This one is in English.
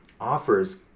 offers